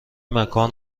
مکان